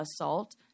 assault